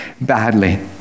badly